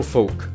Folk